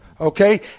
okay